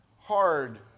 Hard